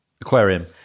Aquarium